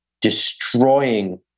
destroying